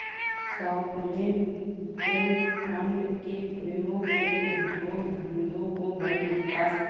sovereign wealth fund के प्रयोग से उद्योग धंधों को बल मिलता है